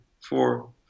four